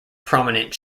prominent